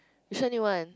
you sure knew one